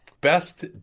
best